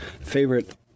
favorite